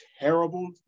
terrible